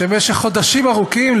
שבמשך חודשים ארוכים,